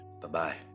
Bye-bye